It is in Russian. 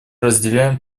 разделяем